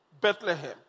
Bethlehem